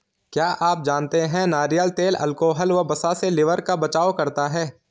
क्या आप जानते है नारियल तेल अल्कोहल व वसा से लिवर का बचाव करता है?